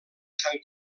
sant